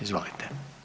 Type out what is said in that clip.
Izvolite.